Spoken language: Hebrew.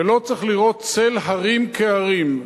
ולא צריך לראות צל הרים כהרים.